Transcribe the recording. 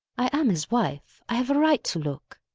i am his wife, i have a right to look!